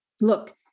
look